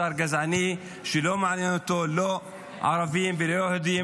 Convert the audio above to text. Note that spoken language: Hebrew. שר גזעני שלא מעניין אותו לא ערבים ולא יהודים.